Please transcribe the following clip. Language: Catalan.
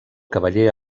cavaller